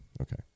okay